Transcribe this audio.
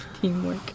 Teamwork